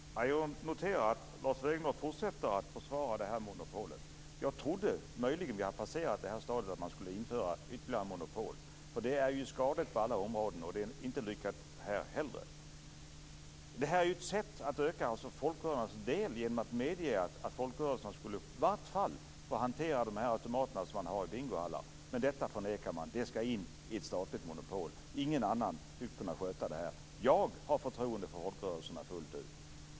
Fru talman! Jag noterar att Lars Wegendal fortsätter att försvara monopolet. Jag trodde möjligen att vi hade passerat det stadiet att man skulle införa ytterligare monopol. Det är ju skadligt på alla ommråden, och det är inte lyckat här heller. Det är ju ett sätt att öka folkrörelsernas del att medge att folkrörelserna i varje fall skall få hantera automaterna som finns i bingohallar. Men detta förnekar man. Det skall in i ett statligt monopol. Ingen annan skulle kunna sköta det här. Jag har förtroende för folkrörelserna fullt ut.